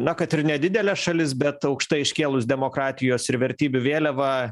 na kad ir nedidelė šalis bet aukštai iškėlus demokratijos ir vertybių vėliavą